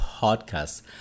Podcast